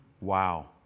Wow